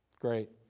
Great